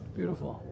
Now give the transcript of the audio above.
Beautiful